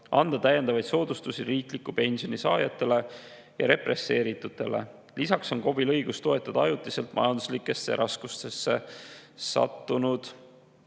anda täiendavaid soodustusi riikliku pensioni saajatele ja represseeritutele. Lisaks on KOV‑il õigus toetada ajutiselt majanduslikesse raskustesse sattunud